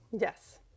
yes